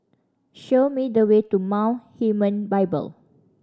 show me the way to Mount Hermon Bible